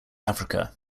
africa